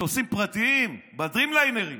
במטוסים פרטיים, בדרימליינרים.